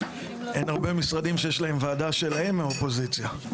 אין הרבה משרדים שיש להם וועדה שלהם מהאופוזיציה.